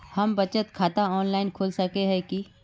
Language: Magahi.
हम बचत खाता ऑनलाइन खोल सके है की?